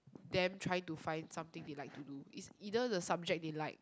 them trying to find something they like to do it's either the subject they like